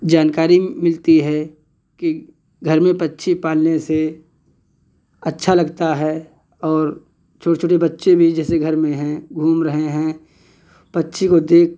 जानकारी मिलती है कि घर में पक्षी पालने से अच्छा लगता है और छोटे छोटे बच्चे भी जैसे घर में हैं घूम रहे हैं पक्षी को देख